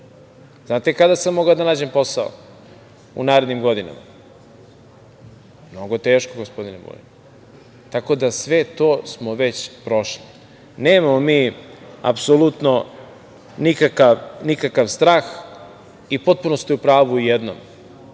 Znate kada sam mogao da nađem posao u narednim godinama? Mnogo teško, gospodine Vulin. Tako da sve to smo već prošli. Nemamo apsolutno nikakav strah i potpuno ste u pravu u jednom.